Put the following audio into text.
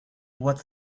what